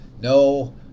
no